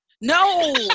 No